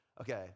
okay